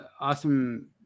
awesome